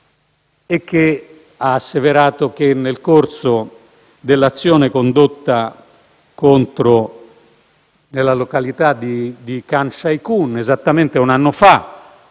inoltre asseverato che, nel corso dell'azione condotta nella località di Khan Shaykhun, esattamente un anno fa,